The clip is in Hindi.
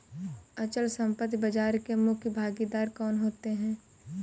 अचल संपत्ति बाजार के मुख्य भागीदार कौन होते हैं?